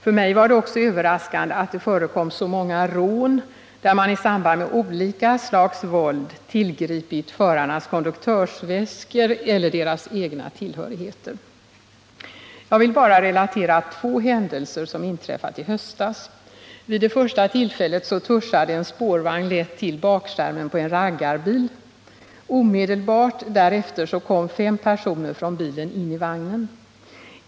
För mig var det också överraskande att det förekom så många rån, där man i samband med olika slags våld tillgripit förarnas konduktörsväskor eller deras egna tillhörigheter. Jag vill bara relatera två händelser som inträffade i höstas. Vid det första tillfället touchade en spårvagn lätt bakskärmen på en raggarbil. Omedelbart därefter kom fem personer från bilen in i vagnen.